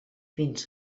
fins